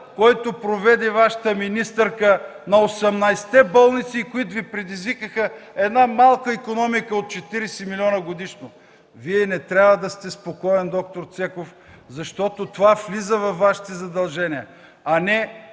който проведе Вашата министърка на 18-те болници, които Ви предизвикаха една малка икономика от 40 милиона годишно – Вие не трябва да сте спокоен, доктор Цеков, защото това влиза във Вашите задължения, а не